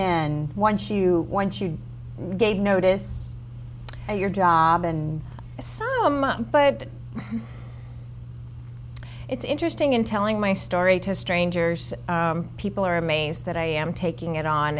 in once you once you gave notice your job and assume but it's interesting in telling my story to strangers people are amazed that i am taking it on